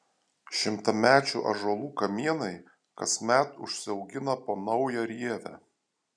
šimtamečių ąžuolų kamienai kasmet užsiaugina po naują rievę